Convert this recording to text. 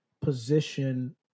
position